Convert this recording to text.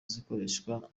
zikoreshwa